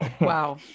wow